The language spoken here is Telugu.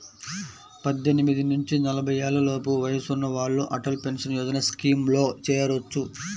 పద్దెనిమిది నుంచి నలభై ఏళ్లలోపు వయసున్న వాళ్ళు అటల్ పెన్షన్ యోజన స్కీమ్లో చేరొచ్చు